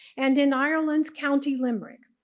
and in ireland's county limerick.